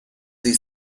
the